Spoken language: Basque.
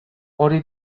hori